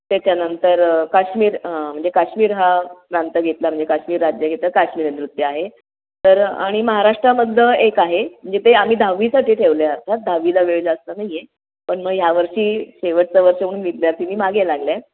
त्याच्यानंतर काश्मीर म्हणजे काश्मीर हा प्रांत घेतला म्हणजे काश्मीर राज्य घेतलं काश्मिरी नृत्य आहे तर आणि महाराष्ट्रामधलं एक आहे म्हणजे ते आम्ही दहावीसाठी ठेवलं आहे अर्थात दहावीला वेळ जास्त नाही आहे पण ग ह्यावर्षी शेवटचं वर्ष म्हणून विद्यार्थीनी मागे लागल्या आहे